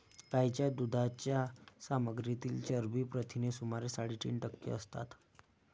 गायीच्या दुधाच्या सामग्रीतील चरबी प्रथिने सुमारे साडेतीन टक्के असतात